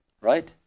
Right